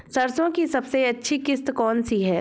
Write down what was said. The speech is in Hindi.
सरसो की सबसे अच्छी किश्त कौन सी है?